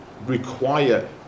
require